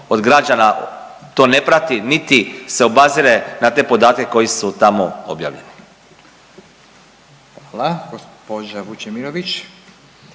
od građana to ne prati niti se obazire na te podatke koji su tamo objavljeni. **Radin, Furio